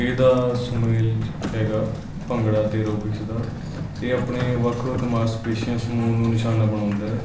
ਇਹਦਾ ਸੁਮੇਲ ਜ ਹੈਗਾ ਭੰਗੜਾ ਅਤੇ ਐਰੋਬਿਸ਼ ਦਾ ਇਹ ਆਪਣੇ ਵੱਖ ਵੱਖ ਮਾਸਪੇਸ਼ੀਆਂ ਸਮੂਹ ਨੂੰ ਨਿਸ਼ਾਨਾ ਬਣਾਉਂਦਾ ਹੈ